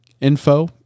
Info